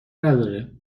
نداره